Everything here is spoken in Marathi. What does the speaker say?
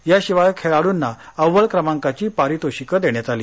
याशिवाय खेळाडुंना अव्वल क्रमाकाची पारितोषिकं देण्यात आली